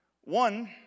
one